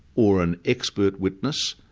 or an expert witness,